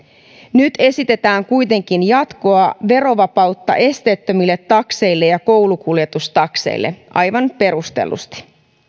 nyt esitetään kuitenkin jatkoa verovapautta esteettömille takseille ja koulukuljetustakseille aivan perustellusti